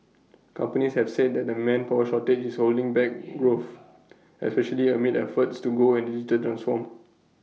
companies have said that the manpower shortage is holding back growth especially amid efforts to go and digital transform